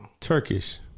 Turkish